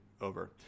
over